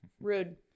Rude